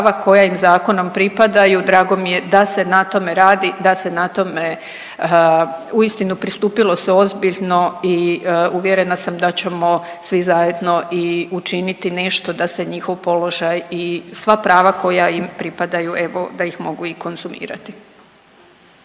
koja im zakonom pripadaju, drago mi je da se na tome radi, da se na tome, uistinu pristupilo se ozbiljno i uvjerena sam da ćemo svi zajedno i učiniti nešto da se njihov položaj i sva prava koja im pripadaju evo da ih mogu i konzumirati.